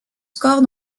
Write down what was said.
scores